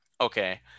Okay